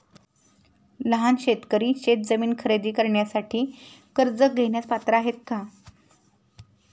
लहान शेतकरी शेतजमीन खरेदी करण्यासाठी कर्ज घेण्यास पात्र आहेत का?